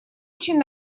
очень